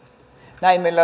näin meillä